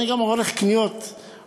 גם אני הולך לקניות בסופר,